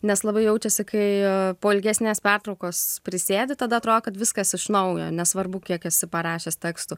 nes labai jaučiasi kai po ilgesnės pertraukos prisėdi tada atrodo kad viskas iš naujo nesvarbu kiek esi parašęs tekstų